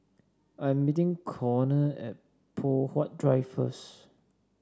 I'm meeting Conner at Poh Huat Drive first